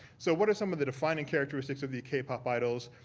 so what are some of the defining characteristics of the k-pop idols?